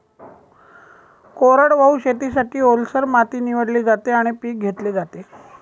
कोरडवाहू शेतीसाठी, ओलसर माती निवडली जाते आणि पीक घेतले जाते